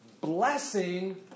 blessing